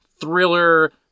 thriller